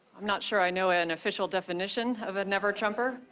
not sure i know an official definition of a never-trumper.